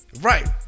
Right